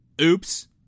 Oops